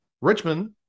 Richmond